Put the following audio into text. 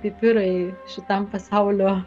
pipirai šitam pasaulio